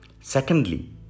Secondly